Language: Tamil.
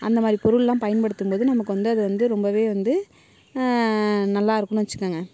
அந்த மாதிரி பொருளெலாம் பயன்படுத்தும்போது நமக்கு வந்து அது வந்து ரொம்பவே வந்து நல்லாயிருக்கும்னு வச்சுக்கோங்க